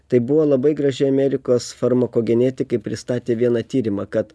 tai buvo labai gražiai amerikos farmakogenetikai pristatė vieną tyrimą kad